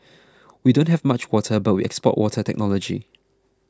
we don't have much water but we export water technology